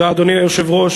אדוני היושב-ראש,